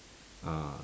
ah